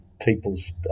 people's